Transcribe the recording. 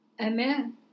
Amen